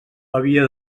havia